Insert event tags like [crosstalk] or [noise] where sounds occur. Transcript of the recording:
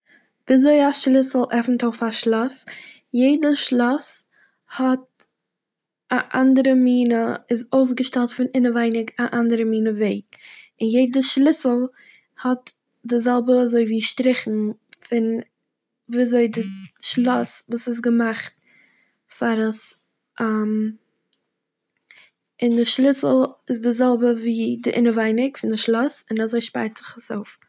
וויזוי א שליסל עפנט אויף א שלאס. יעדע שלאס האט א אנדערע מינע- איז אויסגעשטעלט פון אינעווייניג א אנדערע מינע וועג, און יעדע שליסל האט די זעלבע אזויווי שטריכן פון וויזוי די [noise] שלאס וואס איז געמאכט פאר עס [hesitation] און די שליסל איז די זעלבע ווי די אינעווייניג פון די שלאס און אזוי שפארט זיך עס אויף.